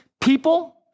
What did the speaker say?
people